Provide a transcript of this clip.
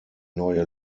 neue